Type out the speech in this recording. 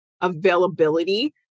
availability